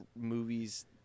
movies –